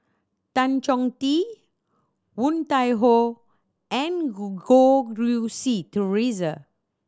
Tan Chong Tee Woon Tai Ho and Goh Rui Si Theresa